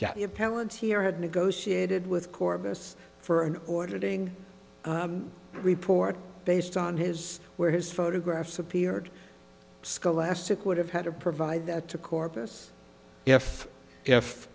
yeah your parents here had negotiated with corbis for an order doing a report based on his where his photographs appeared scholastic would have had to provide that to corpus if if